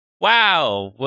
Wow